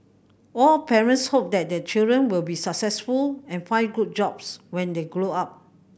all parents hope that their children will be successful and find good jobs when they grow up